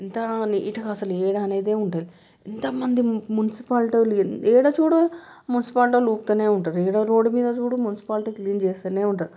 ఎంత నీటుగా అసలు ఏడ అనేదే ఉండదు ఎంతమంది మునిసిపాలిటీ ఏడ చూడు మునిసిపాలిటి వాళ్ళు నూకుతానే ఉంటారు యాడ రోడ్డు మీద చూడు మున్సిపాలిటీ క్లీన్ చేస్తేనే ఉంటారు